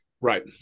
right